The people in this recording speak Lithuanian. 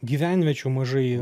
gyvenviečių mažai